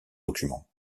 documents